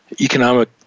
economic